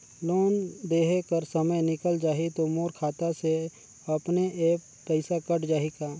Loan देहे कर समय निकल जाही तो मोर खाता से अपने एप्प पइसा कट जाही का?